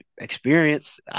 experience